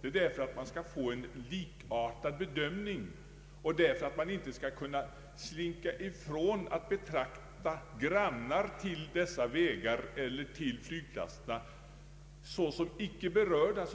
Meningen är att man skall få en likartad bedömning och inte kunna slinka ifrån att betrakta grannar till dessa vägar eller flygplatser såsom berörda